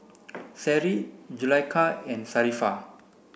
Seri Zulaikha and Sharifah